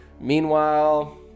Meanwhile